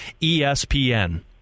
ESPN